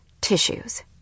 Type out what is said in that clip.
tissues